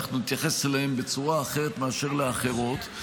אנחנו נתייחס אליהן בצורה אחרת מאשר לאחרות,